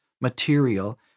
material